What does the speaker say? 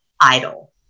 idle